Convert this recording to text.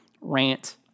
Rant